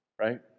Right